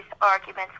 arguments